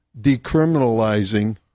decriminalizing